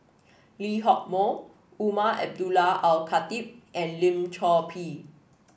Lee Hock Moh Umar Abdullah Al Khatib and Lim Chor Pee